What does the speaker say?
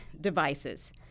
devices